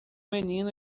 menino